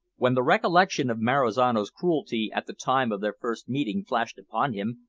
when the recollection of marizano's cruelty at the time of their first meeting flashed upon him,